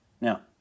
Now